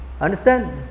understand